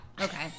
Okay